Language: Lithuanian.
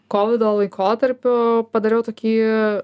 kovido laikotarpiu padariau tokį